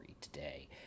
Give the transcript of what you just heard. today